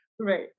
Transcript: Right